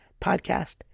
podcast